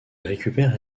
récupère